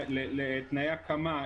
לתנאי הקמה,